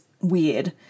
weird